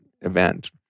event